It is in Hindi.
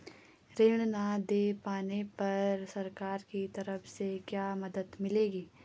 ऋण न दें पाने पर सरकार की तरफ से क्या मदद मिलेगी?